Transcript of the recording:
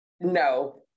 no